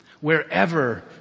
wherever